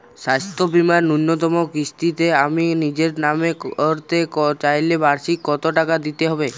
স্বাস্থ্য বীমার ন্যুনতম কিস্তিতে আমি নিজের নামে করতে চাইলে বার্ষিক কত টাকা দিতে হবে?